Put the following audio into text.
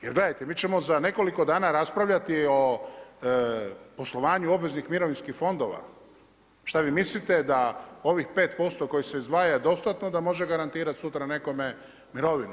Jer gledajte, mi ćemo za nekoliko dana raspravljati o poslovanju obveznih mirovinskih fondova, šta vi mislite da ovih 5% koji se izdvaja je dostatno da može garantirati sutra nekome mirovinu.